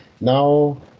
now